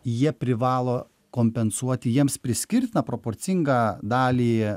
jie privalo kompensuoti jiems priskirtą proporcingą dalį